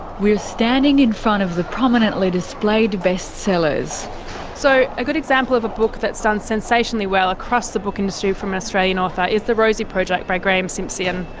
we're standing in front of the prominently displayed bestsellerssophie higgins so a good example of a book that's done sensationally well across the book industry from an australian author is the rosie project by graeme simsion.